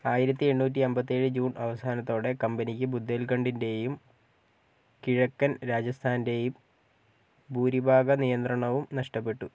ആയിരത്തി എണ്ണൂറ്റി അൻപത്തി ഏഴ് ജൂൺ അവസാനത്തോടെ കമ്പനിക്ക് ബുന്ദേൽഖണ്ഡിൻ്റെയും കിഴക്കൻ രാജസ്ഥാൻ്റെയും ഭൂരിഭാഗം നിയന്ത്രണവും നഷ്ടപ്പെട്ടു